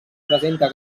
presenta